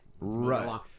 Right